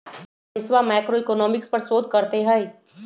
मनीषवा मैक्रोइकॉनॉमिक्स पर शोध करते हई